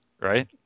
Right